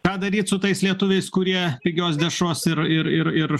ką daryt su tais lietuviais kurie pigios dešros ir ir ir ir